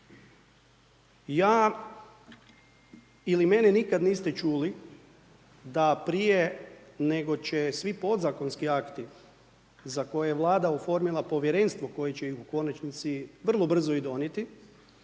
Ja ili mene nikada niste čuli da prije nego će svi podzakonski akti za koje je Vlada oformila Povjerenstvo koje će ih u konačnici vrlo brzo i donijeti,